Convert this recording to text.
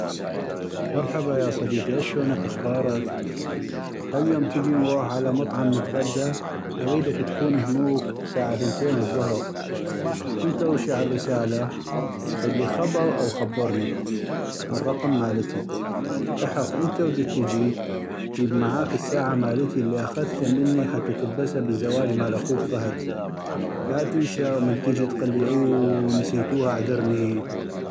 مرحبا ياصديقي اشونك اخبارك هاليوم تجي نغوح على مطعم نتغدى اغيدك تكون اهنوك ساعة ثنتين الظهغ من تغشع الرساله غدلي خبغ أو خبرني عالرقم مالتي ، دحق انت ودتجي جيب معاك الساعة مالتي اللي اخذتا مني حتى تلبسه بالزواج مال اخوك فهد لاتنسى ومن تجي تقلي اووو نسيتوها اعذرني.